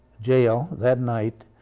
jail, that night,